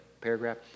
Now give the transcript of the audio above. paragraph